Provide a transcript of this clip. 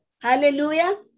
Hallelujah